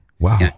wow